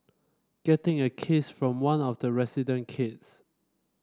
getting a kiss from one of the resident kids